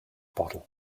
bottle